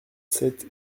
sept